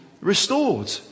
restored